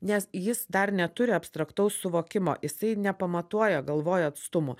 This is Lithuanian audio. nes jis dar neturi abstraktaus suvokimo jisai nepamatuoja galvoj atstumų